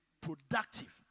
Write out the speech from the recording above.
productive